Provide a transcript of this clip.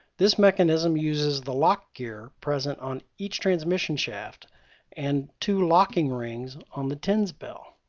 this mechanism uses the lock gear present on each transmission shaft and two locking rings on the tens bell.